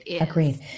Agreed